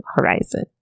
horizon